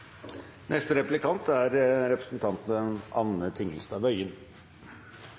Neste taler er representanten